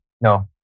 No